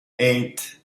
eight